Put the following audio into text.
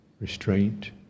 restraint